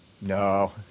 No